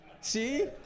See